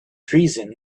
treason